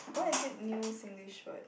why is it new Singlish word